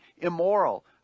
immoral